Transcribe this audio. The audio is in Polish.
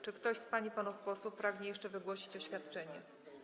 Czy ktoś z pań i panów posłów pragnie jeszcze wygłosić oświadczenie?